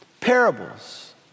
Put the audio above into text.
parables